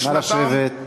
שבגללם